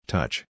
Touch